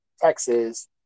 Texas